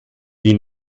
die